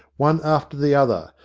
one after the other,